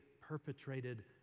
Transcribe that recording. perpetrated